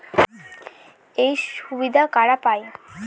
এই সুবিধা কারা পায়?